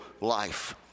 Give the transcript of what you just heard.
life